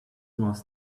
was